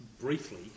briefly